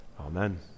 Amen